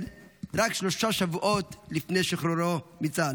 רק שלושה שבועות לפני שחרורו מצה"ל.